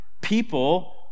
people